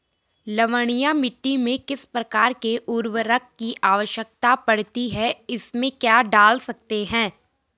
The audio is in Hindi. लवणीय मिट्टी में किस प्रकार के उर्वरक की आवश्यकता पड़ती है इसमें क्या डाल सकते हैं?